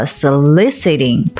soliciting